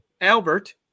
Albert